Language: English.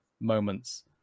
moments